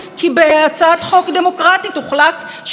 שהוא מגיל 50 ומטה יכול להמשיך לכהן,